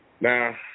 Now